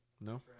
No